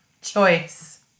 choice